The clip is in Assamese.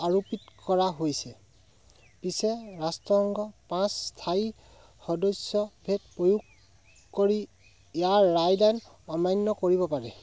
আৰোপিত কৰা হৈছে পিছে ৰাষ্ট্ৰসংঘ পাঁচ স্থায়ী সদস্য ভেট প্ৰয়োগ কৰি ইয়াৰ ৰায়দান অমান্য কৰিব পাৰে